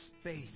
space